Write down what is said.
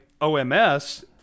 OMS